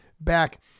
back